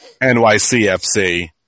NYCFC